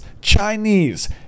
chinese